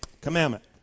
commandment